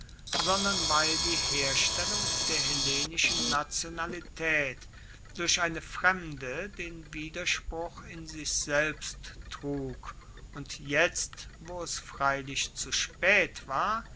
sondern weil die herstellung der hellenischen nationalitaet durch eine fremde den widerspruch in sich selbst trug und jetzt wo es freilich zu spaet war